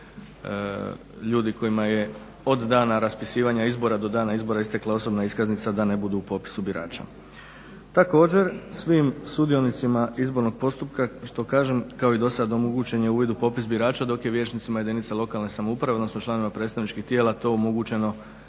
ljudi kojima je od dana raspisivanja izbora do dana izbora istekla osobna iskaznica da ne budu u popisu birača. Također svim sudionicima izbornog postupka što kažem do sad omogućen je uvid u popis birača dok je vijećnicima jedinice lokalne samouprave u odnosu članova predstavničkih tijela to omogućeno